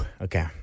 Okay